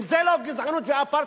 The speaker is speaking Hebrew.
אם זה לא גזענות ואפרטהייד,